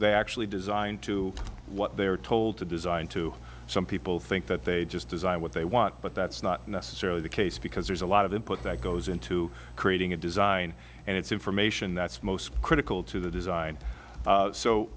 they actually designed to what they are told to design to some people think that they just design what they want but that's not necessarily the case because there's a lot of input that goes into creating a design and it's information that's most critical to the design